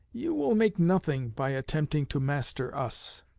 you will make nothing by attempting to master us.